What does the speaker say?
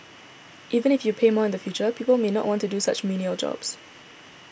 even if you pay more in the future people may not want to do such menial jobs